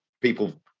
people